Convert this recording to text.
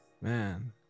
man